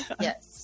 yes